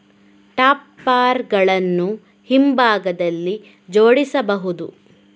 topper ಗಳನ್ನು ಹಿಂಭಾಗದಲ್ಲಿ ಜೋಡಿಸಬಹುದು